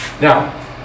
Now